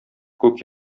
күк